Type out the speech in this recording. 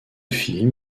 film